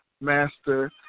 master